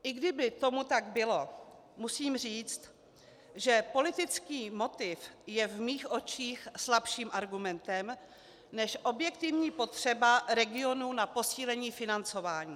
I kdyby tomu tak bylo, musím říct, že politický motiv je v mých očích slabším argumentem než objektivní potřeba regionů na posílení financování.